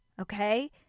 okay